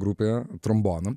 grupėj trombonu